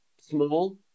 small